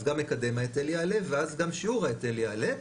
אז גם מקדם ההיטל יעלה ואז גם שיעור ההיטל יעלה,